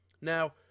now